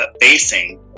facing